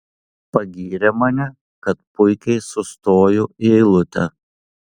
pagyrė mane kad puikiai sustoju į eilutę